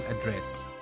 address